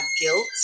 guilt